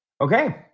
Okay